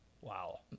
Wow